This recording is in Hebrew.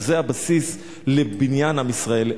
שזה הבסיס לבניין עם ישראל,